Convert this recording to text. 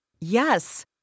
Yes